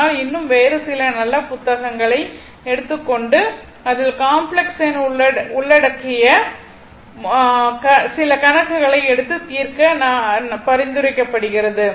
ஆனால் இன்னும் வேறு சில நல்ல புத்தகங்களை எடுத்துக் கொண்டு அதில் காம்ப்ளக்ஸ் எண் உள்ளடக்கிய சில கணக்குகளை எடுத்து தீர்க்க பரிந்துரைக்கப்படுகிறது